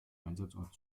einsatzort